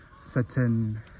certain